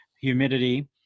humidity